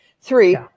Three